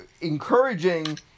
encouraging